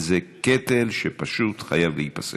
וזה קטל שפשוט חייב להיפסק.